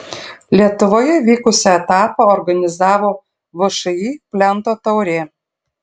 lietuvoje vykusį etapą organizavo všį plento taurė